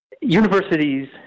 Universities